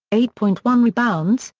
eight point one rebounds,